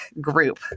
group